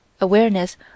Awareness